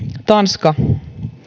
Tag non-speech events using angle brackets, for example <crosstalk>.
tanska <unintelligible> <unintelligible>